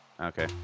Okay